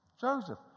Joseph